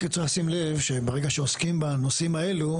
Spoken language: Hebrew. רק צריך לשים לב שברגע שעוסקים בנושאים האלו,